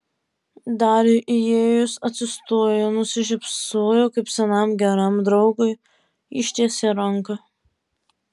dariui įėjus atsistojo nusišypsojo kaip senam geram draugui ištiesė ranką